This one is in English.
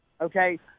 Okay